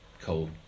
cold